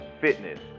fitness